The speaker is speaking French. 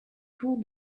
tour